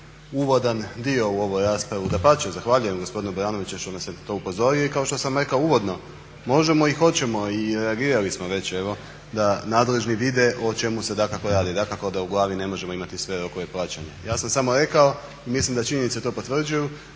uvodan dio u ovu raspravu. Dapače, zahvaljujem gospodinu Baranoviću što nas je na to upozorio i kao što sam rekao uvodno možemo i hoćemo i reagirali smo već evo da nadležni vide o čemu se dakako radi. Dakako da u glavi ne možemo imati sve rokove plaćanja. Ja sam samo rekao i mislim da činjenice to potvrđuju